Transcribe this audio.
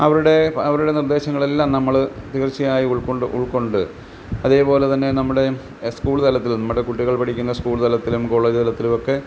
അവരുടെ അവരുടെ നിർദ്ദേശങ്ങളെല്ലാം നമ്മള് തീർച്ചയായും ഉൾക്കൊണ്ട് ഉൾക്കൊണ്ട് അതേപോലെ തന്നെ നമ്മുടെ സ്കൂൾ തലത്തിൽ നമ്മുടെ കുട്ടികൾ പഠിക്കുന്ന സ്കൂൾ തലത്തിലും കോളേജ് തലത്തിലുവൊക്കെ